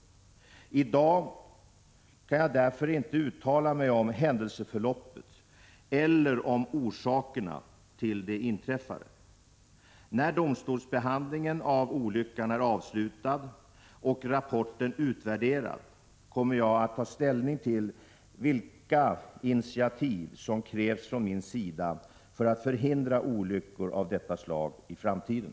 Jag kan därför inte i dag uttala mig om händelseförloppet eller om orsakerna till det inträffade. När domstolsbehandlingen av olyckan är avslutad och rapporten utvärderad, kommer jag att ta ställning till vilka initiativ som krävs från min sida för att förhindra olyckor av detta slag i framtiden.